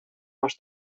masz